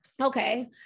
Okay